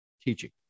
teaching